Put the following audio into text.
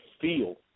feel